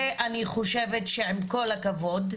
ואני חושבת שעם כל הכבוד,